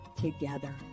together